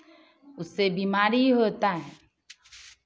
उससे बीमारी होता है